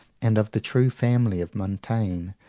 and of the true family of montaigne,